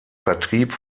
vertrieb